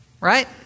right